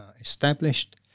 established